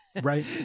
Right